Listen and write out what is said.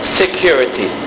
security